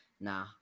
nah